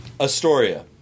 Astoria